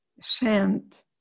sent